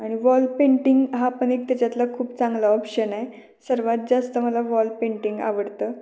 आणि wall painting हा पण एक त्याच्यातला खूप चांगला ऑप्शन आहे सर्वात जास्त मला वॉल पेंटिंग आवडतं